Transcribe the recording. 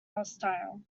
hostile